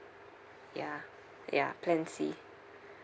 ya ya plan C